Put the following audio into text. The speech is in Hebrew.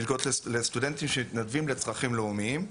של מלגות לסטודנטים שמתנדבים לצרכים לאומיים.